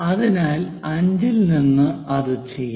അതിനാൽ 5 ൽ നിന്ന് അത് ചെയ്യാം